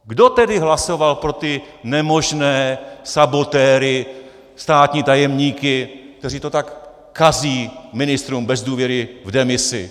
Kdo tedy hlasoval pro ty nemožné sabotéry, státní tajemníky, kteří to tak kazí ministrům bez důvěry v demisi?